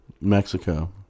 Mexico